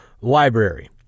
library